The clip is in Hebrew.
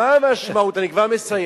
אני כבר מסיים.